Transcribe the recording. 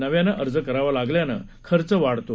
नव्यानं अर्ज करावा लागल्यानं खर्च वाढतो